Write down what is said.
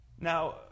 Now